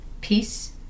peace